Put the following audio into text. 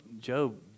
Job